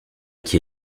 qui